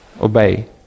obey